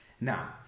Now